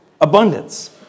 abundance